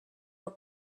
were